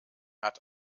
hat